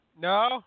No